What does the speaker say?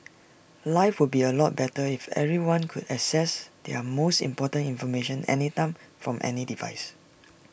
life would be A lot better if everyone could access their most important information anytime from any device